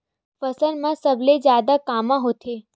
फसल मा सबले जादा कामा होथे?